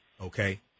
Okay